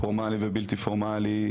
פורמלי ובלתי פורמלי,